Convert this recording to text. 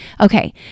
Okay